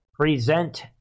present